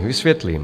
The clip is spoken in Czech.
Vysvětlím.